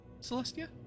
Celestia